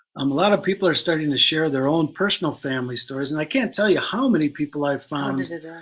um lot of people are starting to share their own personal family stories and i can't tell you how many people i've found,